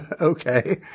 Okay